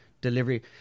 delivery